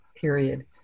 period